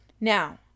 Now